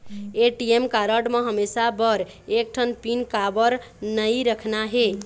ATM card म हमेशा बर एक ठन पिन काबर नई रखना हे?